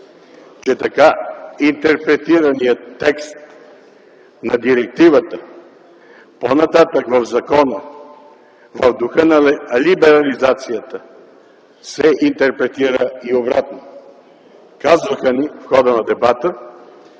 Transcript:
Така интерпретираният текст на директивата по-нататък в закона в духа на либерализацията се интерпретира и обратно. В хода на дебата